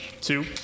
two